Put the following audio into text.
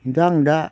खिन्थु आं दा